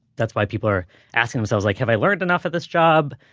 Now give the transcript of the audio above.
that's why people are asking themselves like, have i learned enough at this job?